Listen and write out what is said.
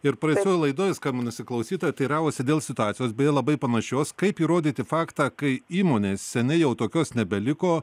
ir praeitoj laidoj skambinusi klausytoja teiravosi dėl situacijos beje labai panašios kaip įrodyti faktą kai įmonės seniai jau tokios nebeliko